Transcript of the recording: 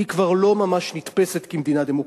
היא כבר לא ממש נתפסת כמדינה דמוקרטית.